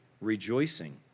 rejoicing